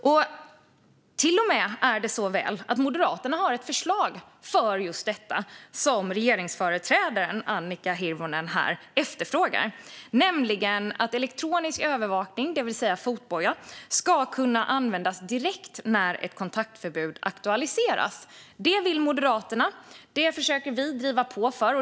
Det är till och med så väl att Moderaterna har ett förslag om just det som regeringsföreträdaren Annika Hirvonen efterfrågar här, nämligen att elektronisk övervakning, det vill säga fotboja, ska kunna användas direkt när ett kontaktförbud aktualiseras. Detta vill Moderaterna, och det försöker vi driva på för.